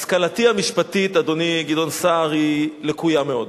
השכלתי המשפטית, אדוני גדעון סער, היא לקויה מאוד.